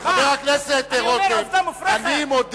מה, אני אומר